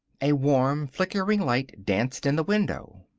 a warm, flickering light danced in the window.